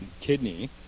kidney